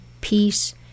peace